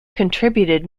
contributed